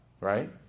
right